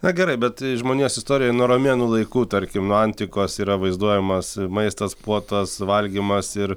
na gerai bet žmonijos istorijoj nuo romėnų laikų tarkim nuo antikos yra vaizduojamas maistas puotos valgymas ir